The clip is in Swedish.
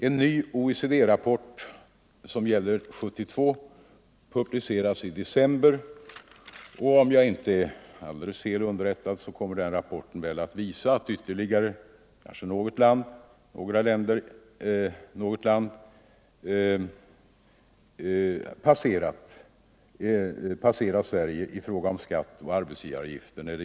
En ny OECD-rapport, som gäller 1972, publiceras i december, och om jag inte är alldeles fel underrättad kommer jämförelserna i den rapporten väl att visa att ytterligare något land har passerat Sverige i fråga om skatt och arbetsgivaravgifter.